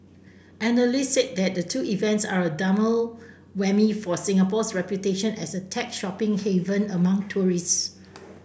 analysts said the two events are a double whammy for Singapore's reputation as a tech shopping haven among tourists